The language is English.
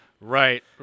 Right